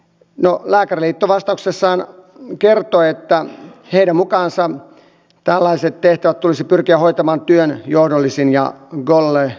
no lääkäriliitto vastauksessaan kertoi että heidän mukaansa tällaiset tehtävät tulisi pyrkiä hoitamaan työnjohdollisin ja kollegiaalisin keinoin